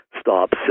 stops